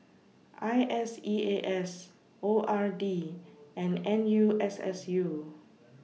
I S E A S O R D and N U S S U